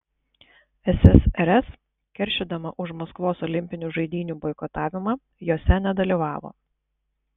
ssrs keršydama už maskvos olimpinių žaidynių boikotavimą jose nedalyvavo